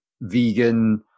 vegan